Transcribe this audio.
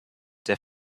der